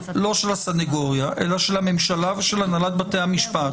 לא של הסניגוריה אלא של הממשלה ושל הנהלת בתי המשפט